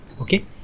okay